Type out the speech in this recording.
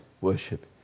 worship